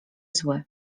zły